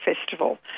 festival